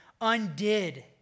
undid